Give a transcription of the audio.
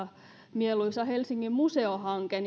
mieluisa helsingin museohanke